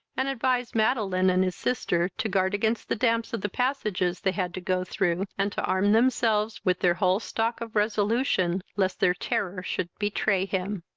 and advised madeline and his sister to guard against the damps of the passages they had to go through, and to arm themselves with their whole stock of resolution, lest their terror should betray him.